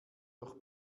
durch